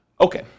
Okay